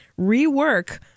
rework